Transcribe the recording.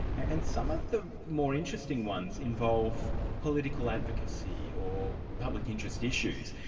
and some of the more interesting ones involve political advocacy or public interest issues.